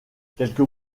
quelques